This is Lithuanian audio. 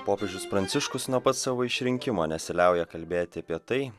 popiežius pranciškus nuo pat savo išrinkimo nesiliauja kalbėti apie tai